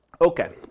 Okay